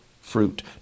fruit